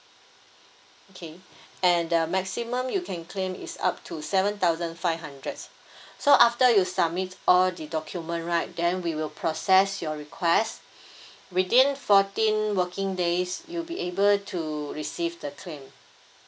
okay and the maximum you can claim is up to seven thousand five hundred so after you submit all the document right then we will process your request within fourteen working days you'll be able to receive the claim